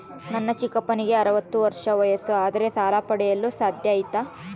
ನನ್ನ ಚಿಕ್ಕಪ್ಪನಿಗೆ ಅರವತ್ತು ವರ್ಷ ವಯಸ್ಸು ಆದರೆ ಸಾಲ ಪಡೆಯಲು ಸಾಧ್ಯ ಐತಾ?